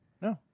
No